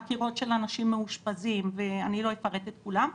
חקירות של אנשים מאושפזים, אני לא אפרט את כולן.